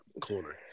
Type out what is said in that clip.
corner